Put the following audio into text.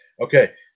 Okay